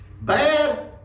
Bad